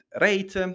rate